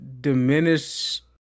diminish